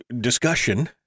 discussion